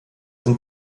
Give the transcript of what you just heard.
sind